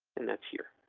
and that's here.